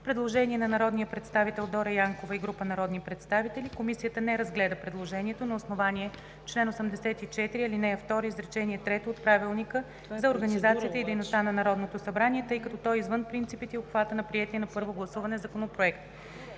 Предложение на народния представител Дора Янкова и група народни представители. Комисията не разгледа предложението на основание чл. 84, ал. 2, изречение трето от Правилника за организацията и дейността на Народното събрание, тъй като то е извън принципите и обхвата на приетия на първо гласуване Законопроект.